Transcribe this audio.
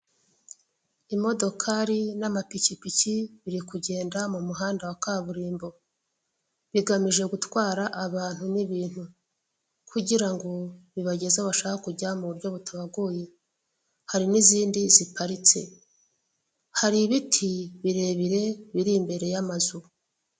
Imodokari n'amapikipiki biri kugenda mu muhanda wa kaburimbo. Bigamije gutwara abantu n'ibintu, kugira ngo bibageze aho bashaka kujya, mu buryo butabagoye. Hari n'izindi ziparitse. Hari ibiti birebire biri imbere y'amazu.